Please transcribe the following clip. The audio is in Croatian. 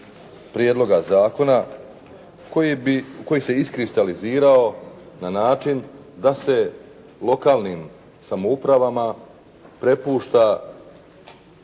prijedloga zakona koji se iskristalizirao na način da se lokalnim samoupravama prepušta